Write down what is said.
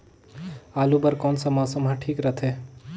आलू बार कौन सा मौसम ह ठीक रथे?